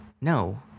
no